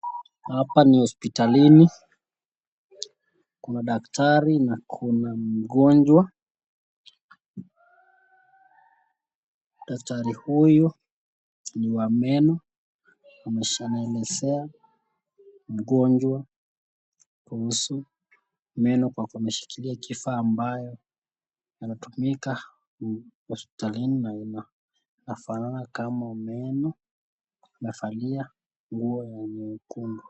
Hapa ni hospitalini. Kuna daktari na kuna mgonjwa. Daktari huyu ni wa meno anaelezea mgonjwa kuhusu meno kwa kushikilia kifaa ambayo inatumika hosptalini na inafanana kama meno amevalia nguo ya nyekundu.